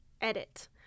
Edit